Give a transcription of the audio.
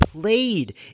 played